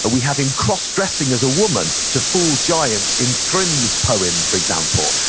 ah we have him cross-dressing as a woman to fool giants in thrym's poem, for example.